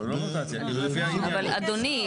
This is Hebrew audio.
אבל אדוני,